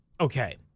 okay